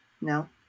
No